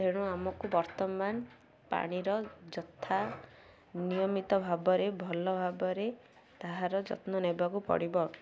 ତେଣୁ ଆମକୁ ବର୍ତ୍ତମାନ ପାଣିର ଯଥା ନିୟମିତ ଭାବରେ ଭଲ ଭାବରେ ତାହାର ଯତ୍ନ ନେବାକୁ ପଡ଼ିବ